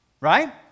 Right